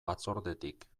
batzordetik